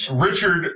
Richard